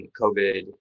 COVID